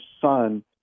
son